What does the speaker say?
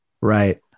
Right